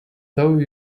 though